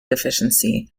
deficiency